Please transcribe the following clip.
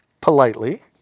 politely